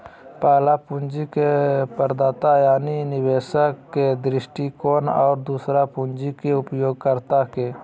पहला पूंजी के प्रदाता यानी निवेशक के दृष्टिकोण और दूसरा पूंजी के उपयोगकर्ता के